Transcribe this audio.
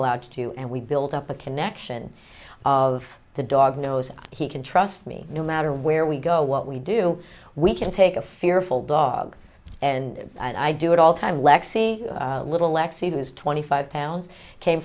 allowed to and we build up a connection of the dog knows he can trust me no matter where we go what we do we can take a fearful dog and i do it all time lexi a little lexi who is twenty five pounds came